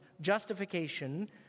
justification